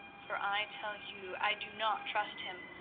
for i tell you i do not trust him